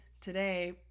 today